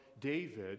David